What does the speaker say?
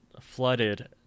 flooded